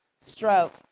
stroke